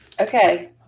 okay